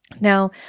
Now